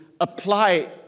apply